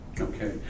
Okay